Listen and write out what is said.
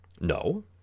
No